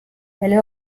elle